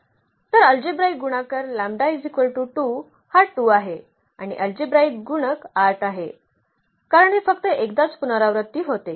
तर अल्जेब्राईक गुणाकार हा 2 आहे आणि अल्जेब्राईक गुणक 8 आहे कारण हे फक्त एकदाच पुनरावृत्ती होते